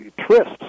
twists